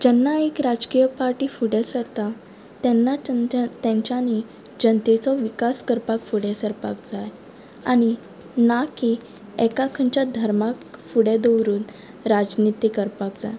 जेन्ना एक राजकीय पाटी फुडें सरता तेन्ना चंचन तेंच्यानी जनतेचो विकास करपाक फुडें सरपाक जाय आनी नाकी एका खं चा धर्माक फुडें दवरून राजनिती करपाक जाय